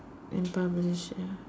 and publish ya